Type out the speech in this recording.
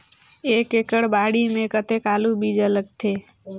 एक एकड़ बाड़ी मे कतेक आलू बीजा लगथे?